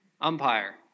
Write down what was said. Umpire